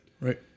Right